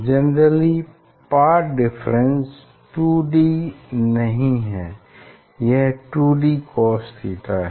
generally path difference 2d नहीं है यह 2dcos थीटा है